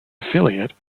affiliate